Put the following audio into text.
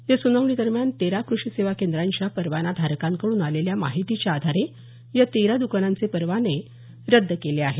या सुनावणीदरम्यान तेरा कुषी सेवा केंद्रांच्या परवाना धारकांकडून आलेल्या माहितीच्या आधारे या तेरा दुकानांचे परवाने रद्द केले आहेत